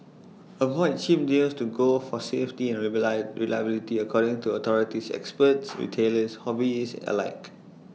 avoid cheap deals to go for safety and read be lie reliability according to authorities experts retailers hobbyists alike